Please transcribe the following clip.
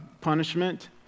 punishment